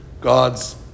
God's